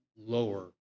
lower